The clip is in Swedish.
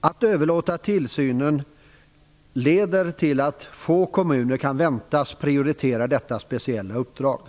Att överlåta tillsynen leder till att få kommuner kan väntas prioritera detta speciella uppdrag.